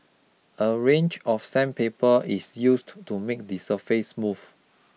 a range of sandpaper is used to make the surface smooth